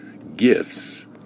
Gifts